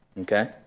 Okay